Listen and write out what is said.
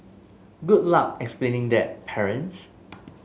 good luck explaining that parents